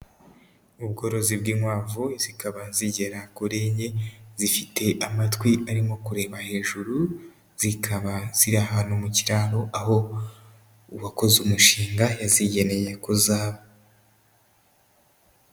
Ubworozi bw'inkwavu, zikaba zigera kuri enye, zifite amatwi arimo kureba hejuru, zikaba ziri ahantu mu kiraro, aho uwakoze umushinga yazigeneye ko zaba.